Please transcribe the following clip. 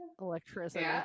electricity